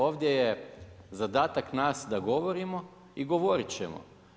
Ovdje je zadatak nas da govorimo i govorit ćemo.